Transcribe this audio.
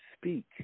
speak